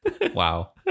Wow